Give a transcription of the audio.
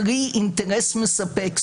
קרי אינטרס מספק,